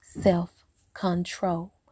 self-control